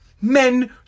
Men